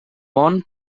món